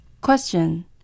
Question